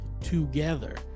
together